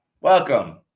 Welcome